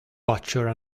butcher